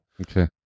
Okay